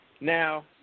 Now